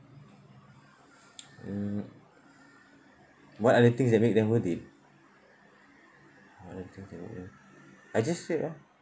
mm what are the things that make them worth it what are the things that make them I just said ah